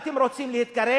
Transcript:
אתם גם רוצים להתקרב?